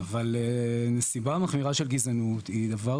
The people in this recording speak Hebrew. אבל נסיבה מחמירה של גזענות היא דבר